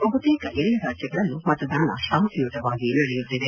ಬಹುತೇಕ ಎಲ್ಲ ರಾಜ್ಯಗಳಲ್ಲೂ ಮತದಾನ ಶಾಂತಿಯುತವಾಗಿ ನಡೆಯುತ್ತಿದೆ